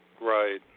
Right